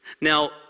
Now